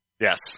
Yes